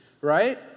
right